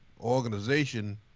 organization